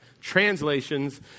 translations